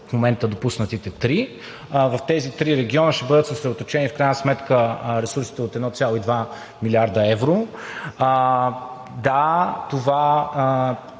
в момента. В тези три региона ще бъдат съсредоточени в крайна сметка ресурсите от 1,2 млрд. евро. Да, това,